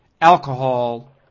alcohol